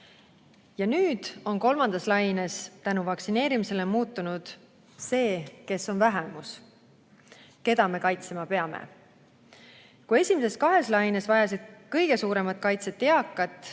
Aga nüüd on kolmandas laines tänu vaktsineerimisele muutunud see, kes on vähemus, keda me kaitsma peame. Kui esimeses kahes laines vajasid kõige suuremat kaitset eakad,